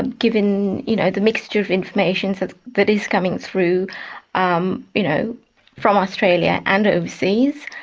and given you know the mixture of information so that is coming through um you know from australia and overseas.